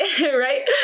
right